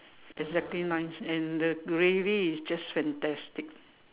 exactly nice and the gravy is just fantastic